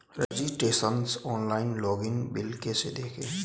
Registration login online bill कैसे देखें?